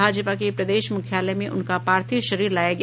भाजपा के प्रदेश मुख्यालय में उनका पार्थिव शरीर लाया गया